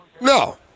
No